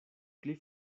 pli